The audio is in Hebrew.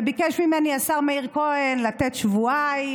וביקש ממני השר מאיר כהן לתת שבועיים